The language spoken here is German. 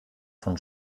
von